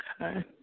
Okay